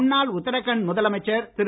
முன்னாள் உத்தராகண்ட் முதலமைச்சர் திரு